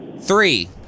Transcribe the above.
Three